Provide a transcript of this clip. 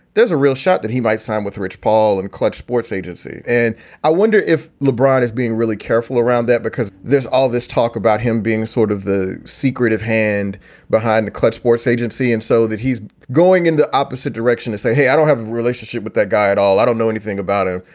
there's a real shot that he might sign with rich paul in clutch sports agency. and i wonder if lebron is being really careful around that, because there's all this talk about him being sort of the secretive hand behind the clutch sports agency and so that he's going in the opposite direction to say, hey, i don't have a relationship with that guy at all. i don't know anything about him.